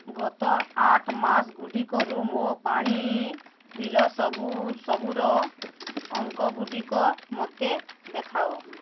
ଗତ ଆଠ ମାସଗୁଡ଼ିକରୁ ମୋ ପାଣି ବିଲ ସବୁର ଅଙ୍କ ଗୁଡ଼ିକ ମୋତେ ଦେଖାଅ